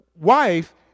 wife